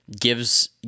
gives